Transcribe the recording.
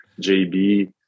JB